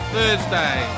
Thursday